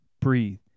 breathe